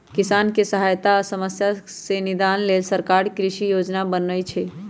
किसानके सहायता आ समस्या से निदान लेल सरकार कृषि योजना बनय छइ